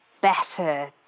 better